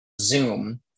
Zoom